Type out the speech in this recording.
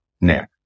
Nick